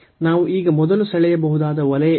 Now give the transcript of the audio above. ನಾವು ಈಗ ಮೊದಲು ಸೆಳೆಯಬಹುದಾದ ವಲಯ ಇದು